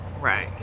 right